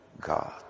God